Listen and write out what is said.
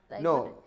No